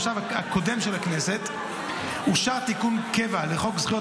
במושב הקודם של הכנסת אושר תיקון קבע לחוק זכויות